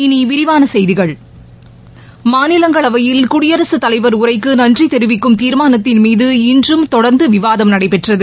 இனி விரிவான செய்திகள் மாநிலங்களவையில் குடியரசுத் தலைவர் உரைக்கு நன்றி தெரிவிக்கும் தீர்மானத்தின் மீது இன்றும் தொடர்ந்து விவாதம் நடைபெற்றது